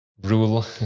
rule